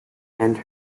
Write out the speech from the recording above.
and